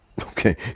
Okay